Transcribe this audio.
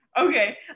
Okay